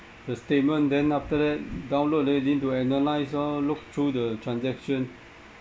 the statement then after that download then need to analyse lor look through the transaction